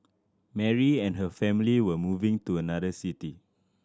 Mary and her family were moving to another city